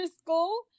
school